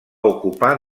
ocupar